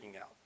out